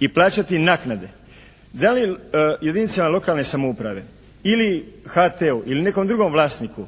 i plaćati naknade. Da li jedinica lokalne samouprave ili HT-u ili nekom drugom vlasniku